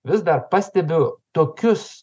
vis dar pastebiu tokius